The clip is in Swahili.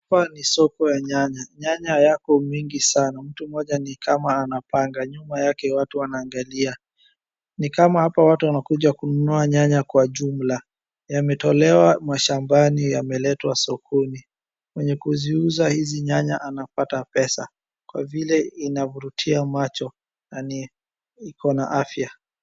Hapa ni soko ya nyanya, nyanya yako mingi sana mtu mmoja ni kama anapanga nyuma yake watu wanaangalia, ni kama hapa watu wanakuja kununua nyanya kwa jumla, yametolewa mashambani yameletwa sokoni. Mwenye kuziuza hizi nyanya anapata pesa kwa vile inavurutia macho na iko na afya.